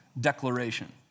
declaration